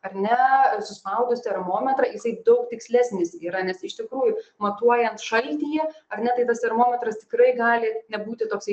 ar ne suspaudus termometrą jisai daug tikslesnis yra nes iš tikrųjų matuojant šaltyje ar ne tai tas termometras tikrai gali nebūti toksai